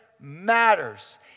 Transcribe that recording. matters